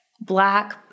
Black